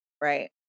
right